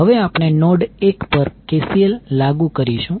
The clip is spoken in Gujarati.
હવે આપણે નોડ 1 પર KCL લાગુ કરીશું